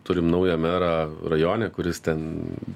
turim naują merą rajone kuris ten